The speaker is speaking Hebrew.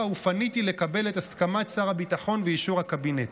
ופניתי לקבל את הסכמת שר הביטחון ואישור הקבינט.